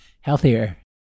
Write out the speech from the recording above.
healthier